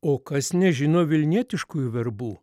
o kas nežino vilnietiškųjų verbų